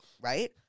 right